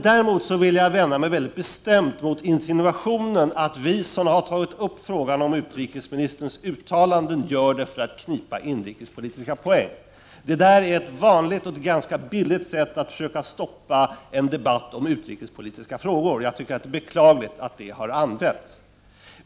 Däremot vill jag mycket bestämt vända mig mot insinuationen att vi som har tagit upp frågan om utrikesministerns uttalanden gör det för att knipa inrikespolitiska poäng. Detta är ett vanligt och ganska billigt sätt att försöka stoppa en debatt om utrikespolitiska frågor. Jag tycker att det är beklagligt att detta har gjorts.